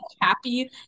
happy